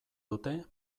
dute